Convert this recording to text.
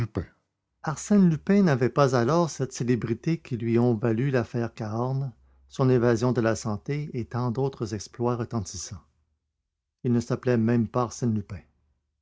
arsène lupin n'avait pas alors cette célébrité que lui ont value l'affaire cahorn son évasion de la santé et tant d'autres exploits retentissants il ne s'appelait même pas